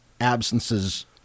absences